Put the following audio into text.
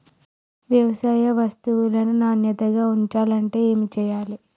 వ్యవసాయ వస్తువులను నాణ్యతగా ఉంచాలంటే ఏమి చెయ్యాలే?